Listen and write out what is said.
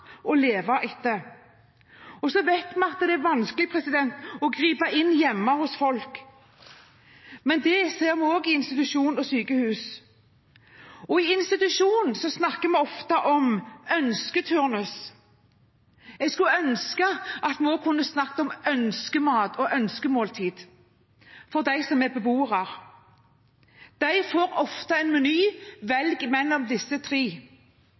leve etter. Vi vet at det er vanskelig å gripe inn hjemme hos folk. Men det ser vi også at det kan være i institusjoner og sykehus. I institusjonene snakker vi ofte om «ønsketurnus» – jeg skulle ønske at vi også kunne snakke om «ønskemat» og «ønskemåltider» for beboerne. De får ofte en meny: Velg mellom disse tre.